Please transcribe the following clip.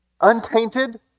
Untainted